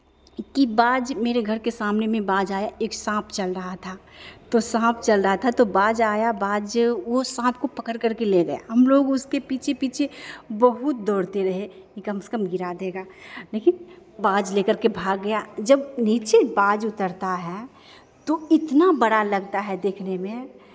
कि बाज मेरे घर के सामने में बाज आया एक सांप चल रहा था तो सांप चल रहा था तो बाज आया बाज वो सांप को पकड़ करके ले गया हमलोग उसके पीछे पीछे बहुत दौड़ते रहे कि कम से कम गिरा देगा लेकिन बाज ले करके भाग गया जब नीचे बाज उतरता है तो इतना बड़ा लगता है देखने में